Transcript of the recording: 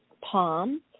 palm